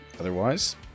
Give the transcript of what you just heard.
Otherwise